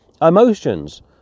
emotions